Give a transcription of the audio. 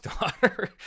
daughter